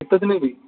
ଶୀତଦିନେ ବି